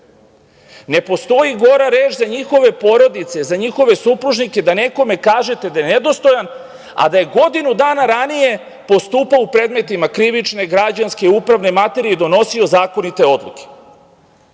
Ne postoji gora reč za njihove porodice, za njihove supružnike da nekome kažete da je nedostojan, a da je godinu dana ranije postupao u predmetima krivične, građanske, upravne materije i donosio zakonite odluke. Jedini